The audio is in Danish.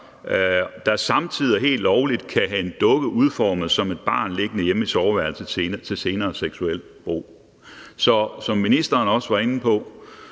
som samtidig helt lovligt kan have en dukke udformet som et barn liggende hjemme i soveværelset til senere seksuelt brug. Så som ministeren også var inde på,